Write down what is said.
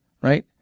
Right